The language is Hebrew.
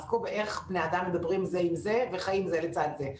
עסקו באיך בני אדם מדברים זה עם זה וחיים זה לצד זה.